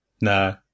no